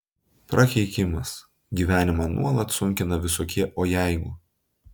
prakeikimas gyvenimą nuolat sunkina visokie o jeigu